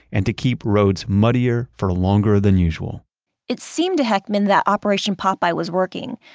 and to keep roads muddier for longer than usual it seemed to heckman that operation popeye was working,